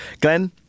Glenn